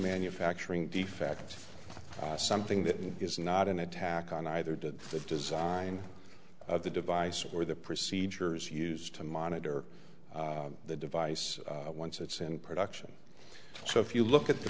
manufacturing defect something that is not an attack on either did the design of the device or the procedures used to monitor the device once it's in production so if you look at the